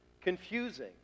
confusing